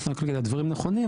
רק להגיד: הדברים הנכונים,